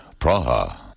Praha